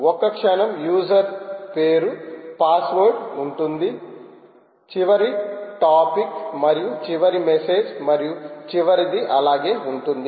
ఒక క్షణం యూజర్పేరు పాస్వర్డ్ ఉంటుంది చివరి టాపిక్ మరియు చివరి మెసేజ్ మరియు చివరిది అలాగే ఉంటుంది